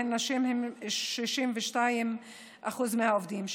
שבה נשים הן 62% מהעובדים.